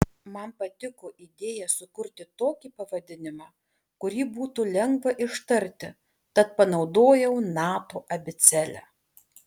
man patiko idėja sukurti tokį pavadinimą kurį būtų lengva ištarti tad panaudojau nato abėcėlę